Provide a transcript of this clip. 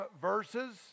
verses